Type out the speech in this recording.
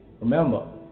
Remember